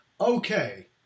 okay